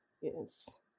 yes